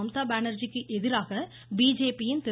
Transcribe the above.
மம்தா பானர்ஜிக்கு எதிராக பிஜேபி யின் திரு